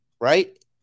right